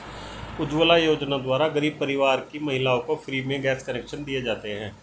उज्जवला योजना द्वारा गरीब परिवार की महिलाओं को फ्री में गैस कनेक्शन दिए जाते है